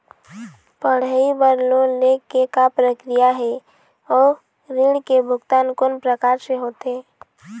पढ़ई बर लोन ले के का प्रक्रिया हे, अउ ऋण के भुगतान कोन प्रकार से होथे?